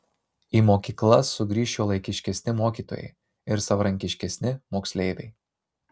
į mokyklas sugrįš šiuolaikiškesni mokytojai ir savarankiškesni moksleiviai